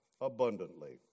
abundantly